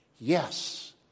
Yes